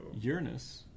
Uranus